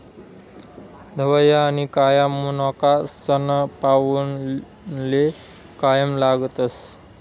धवया आनी काया मनोका सनपावनले कायम लागतस